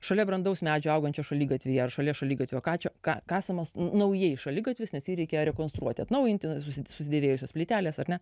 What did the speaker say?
šalia brandaus medžio augančio šaligatvyje ar šalia šaligatvio ką čia kasamas naujai šaligatvis nes jį reikia rekonstruoti atnaujinti susidėvėjusios plytelės ar ne